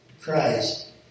Christ